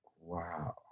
Wow